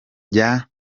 bya